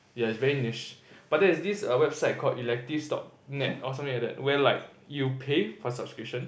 yeah it's very niche but there is this a website called electives dot net or something like that where like you pay for the subscription